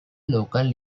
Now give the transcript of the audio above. local